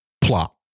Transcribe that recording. plot